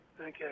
Okay